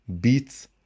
beats